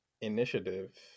initiative